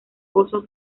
oso